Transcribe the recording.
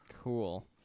Cool